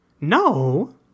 No